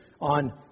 on